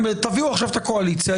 תביאו עכשיו את הקואליציה,